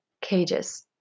cages